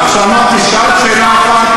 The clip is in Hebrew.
כך שאמרתי: שאלת שאלה אחת,